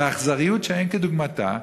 באכזריות שאין כדוגמתה,